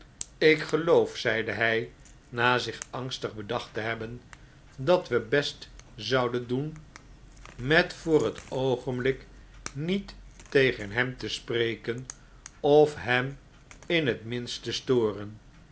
ik geloof zeide hn na zich angstig bedacht te hebben dat we best zouden doen met voor het oogenblik niet tegen hem te spreken of hem in het minst te storen